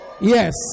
Yes